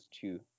two